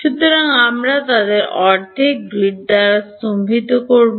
সুতরাং আমরা তাদের অর্ধেক গ্রিড দ্বারা স্তম্ভিত করব